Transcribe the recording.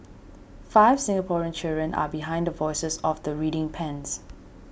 five Singaporean children are behind the voices of the reading pens